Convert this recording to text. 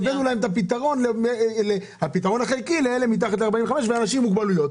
שהבאנו להם את הפתרון החלקי לאלה מתחת לגיל 45 ולאנשים עם מוגבלויות,